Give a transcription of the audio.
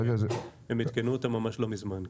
הם עדכנו אותה ממש לא מזמן.